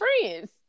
friends